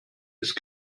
ist